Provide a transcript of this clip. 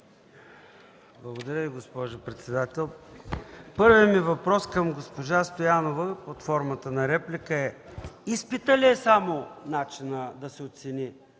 Благодаря Ви, госпожо председател. Първият ми въпрос към госпожа Стоянова под формата на реплика е: изпитът ли е само начинът да се оцени